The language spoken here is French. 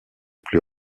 plus